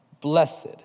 blessed